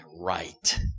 right